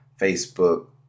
Facebook